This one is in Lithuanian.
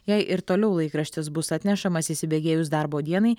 jei ir toliau laikraštis bus atnešamas įsibėgėjus darbo dienai